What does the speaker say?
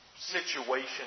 situation